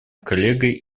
коллегой